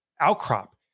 outcrop